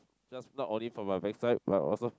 just not only for my backside but also